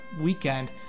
weekend